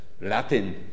Latin